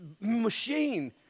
machine